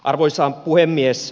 arvoisa puhemies